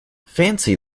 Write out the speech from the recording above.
fancy